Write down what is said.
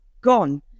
gone